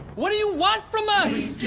what do you want from us.